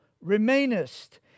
remainest